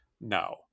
no